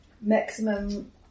maximum